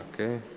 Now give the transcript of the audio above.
Okay